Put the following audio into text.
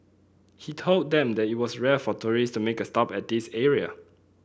he told them that it was rare for tourist to make a stop at this area